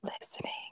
listening